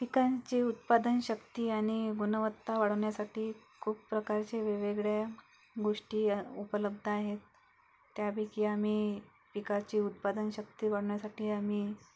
पिकांची उत्पादनशक्ती आणि गुणवत्ता वाढवण्यासाठी खूप प्रकारचे वेगवेगळ्या गोष्टी उपलब्ध आहेत त्यापैकी आम्ही पिकाचे उत्पादनशक्ती वाढवण्यासाठी आम्ही